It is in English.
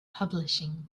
publishing